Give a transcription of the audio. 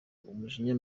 umujinya